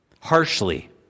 Harshly